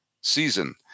season